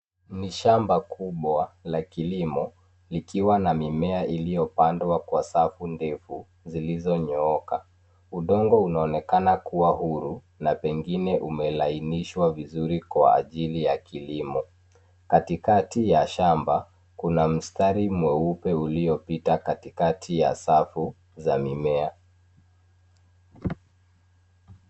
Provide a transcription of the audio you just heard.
Ni shamba kubwa la kilimo, likiwa na mimea iliyopandwa kwa safu ndefu, zilizonyooka. Udongo unaonekana kuwa huru ,na pengine umelainishwa vizuri kwa ajili ya kilimo .Katikati ya shamba, kuna mstari mweupe uliopita katikati ya safu za mimea.